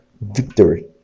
victory